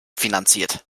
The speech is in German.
finanziert